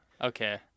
Okay